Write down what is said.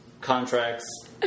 contracts